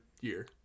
year